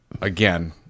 again